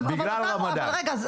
אבל רגע,